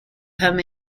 him